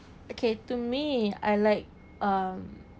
okay to me I like um